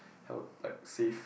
how like save